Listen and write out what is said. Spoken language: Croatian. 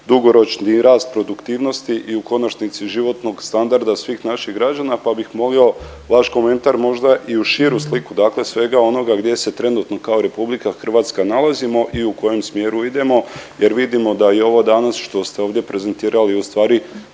dugoročni rast produktivnosti i u konačnici životnog standarda svih naših građana, pa bih molio vaš komentar možda i uz širu sliku, dakle svega onoga gdje se trenutno kao RH nalazimo i u kojem smjeru idemo jer vidimo da je ovo danas, što ste ovdje prezentirali, ustvari